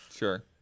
Sure